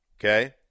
okay